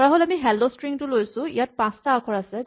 ধৰাহ'ল আমি hello string টো লৈছো ইয়াৰ পাঁচটা আখৰ আছে